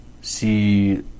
See